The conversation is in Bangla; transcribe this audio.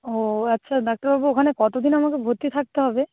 ও আচ্ছা ডাক্তারবাবু ওখানে কতো দিন আমাকে ভর্তি থাকতে হবে